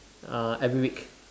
uh every week